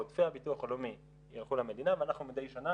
עודפי הביטוח הלאומי ילכו למדינה ואנחנו מדי שנה,